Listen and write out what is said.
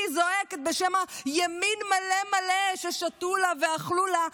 היא זועקת בשם הימין מלא מלא, ששתו לה ואכלו לה.